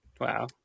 Wow